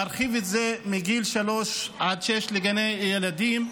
להרחיב את זה לגיל שלוש עד שש לגני ילדים,